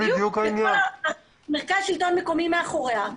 מרכז שלטון מקומי מאחוריה,